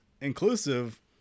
inclusive